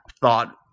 thought